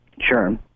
Sure